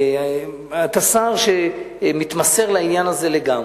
אתה שר שמתמסר לעניין הזה לגמרי.